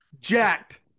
jacked